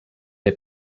der